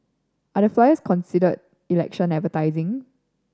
are the flyers considered election advertising